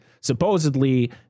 supposedly